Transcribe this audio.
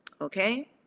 Okay